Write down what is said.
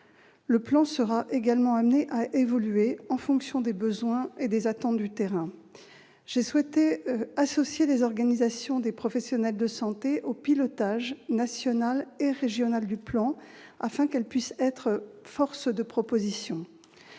Ce plan sera également amené à évoluer en fonction des besoins et des attentes du terrain. J'ai souhaité associer les organisations des professionnels de santé au pilotage national et régional du plan, afin qu'elles puissent être force de proposition.